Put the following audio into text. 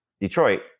Detroit